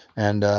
and